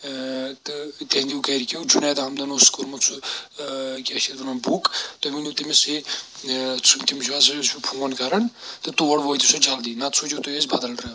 تہٕ تِہنٛدِو گرِکِیوٗ جُنَید احمدن اوسٕس کوٚرمُت سُہ کیاہ چھِ اَتھ وَنان بُک تُہۍ ؤنِو تٔمِس یی سُہ تٔمِس حظ سُہ یُس بہٕ فون کَرَان تہٕ تور وٲتِو سُہ جلدی نَتہٕ سوٗزِو تُہۍ أسۍ بدَل ڈرٛایٚوَر